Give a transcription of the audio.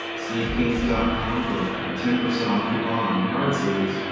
sleevekings dot com for a ten percent off coupon on card sleeves,